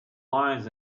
lines